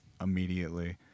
immediately